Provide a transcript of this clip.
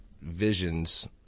visions